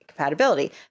compatibility